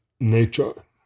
nature